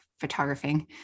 photographing